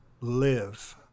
live